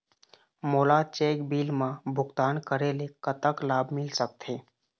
मोला check bill मा भुगतान करेले कतक लाभ मिल सकथे?